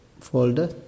folder